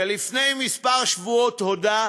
שלפני כמה שבועות הודה: